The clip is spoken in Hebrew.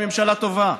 היא ממשלה טובה,